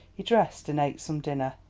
he dressed and ate some dinner.